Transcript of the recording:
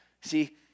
See